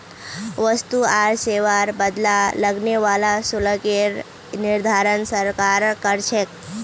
वस्तु आर सेवार बदला लगने वाला शुल्केर निर्धारण सरकार कर छेक